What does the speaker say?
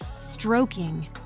stroking